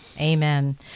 Amen